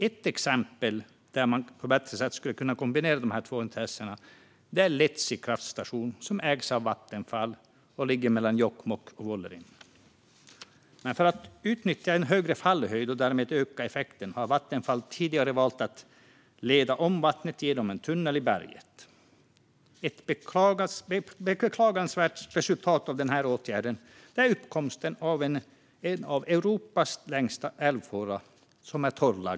Ett exempel där man på ett bättre sätt skulle kunna kombinera dessa två intressen är Letsi kraftstation, som ägs av Vattenfall och ligger mellan Jokkmokk och Vuollerim. För att utnyttja en högre fallhöjd och därmed öka effekten har Vattenfall tidigare valt att leda om vattnet genom en tunnel i berget. Ett beklagansvärt resultat av denna åtgärd är uppkomsten av en av de längsta torrlagda älvfårorna i Europa.